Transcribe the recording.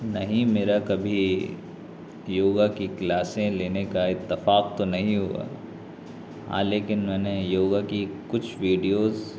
نہیں میرا کبھی یوگا کی کلاسیں لینے کا اتفاق تو نہیں ہوا ہاں لیکن میں نے یوگا کی کچھ ویڈیوز